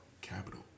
capital